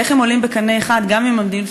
איך הם עולים בקנה אחד גם עם המדיניות